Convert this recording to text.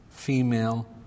female